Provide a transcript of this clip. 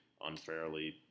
unfairly